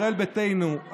ישראל ביתנו,